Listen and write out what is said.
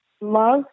love